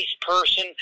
person